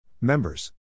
Members